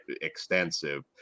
extensive